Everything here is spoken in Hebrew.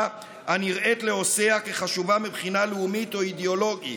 הנראית לעושה כחשובה מבחינה לאומית או אידיאולוגית.